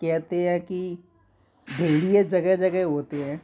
कहते हैं कि भेड़िये जगह जगह होते हैं